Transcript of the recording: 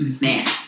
man